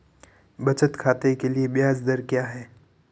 बचत खाते के लिए ब्याज दर क्या है?